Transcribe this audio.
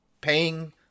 paying